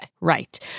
Right